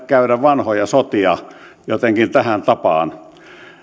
käydä vanhoja sotia jotenkin tähän tapaan